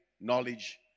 knowledge